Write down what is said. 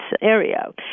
area